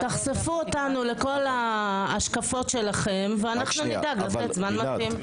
-- תחשפו אותנו לכל ההשקפות שלכם ואנחנו נדאג לתת זמן מתאים.